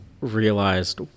realized